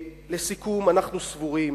לסיכום, אנחנו סבורים